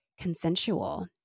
consensual